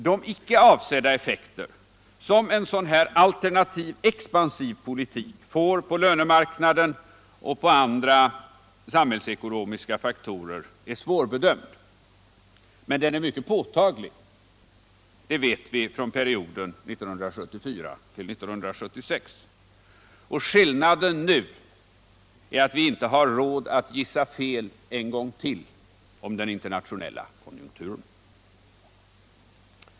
De icke avsedda effekter som en alternativ, expansiv politik får på lönemarknaden och på andra samhällsckonomiska faktorer är svårbedömda. Men de är mycket påtagliga — det vet vi från perioden 1974-1976. Och skillnaden nu är att vi inte har råd att gissa fel en gång till om den internationella konjunkturen.